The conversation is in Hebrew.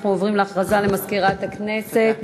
אנחנו עוברים להודעה של מזכירת הכנסת.